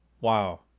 wow